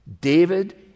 David